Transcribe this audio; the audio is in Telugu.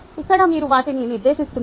ఇక్కడ మీరు వాటిని నిర్దేశిస్తున్నారు